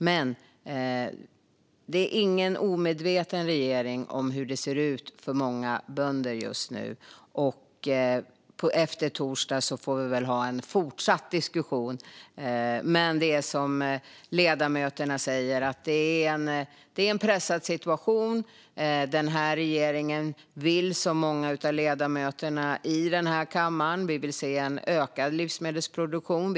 Regeringen är inte omedveten om hur det ser ut för många bönder just nu, och efter torsdag får vi väl ha en fortsatt diskussion. Som ledamöterna säger är det en pressad situation. Regeringen vill, som många av ledamöterna i den här kammaren, se en ökad livsmedelsproduktion.